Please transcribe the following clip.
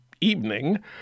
evening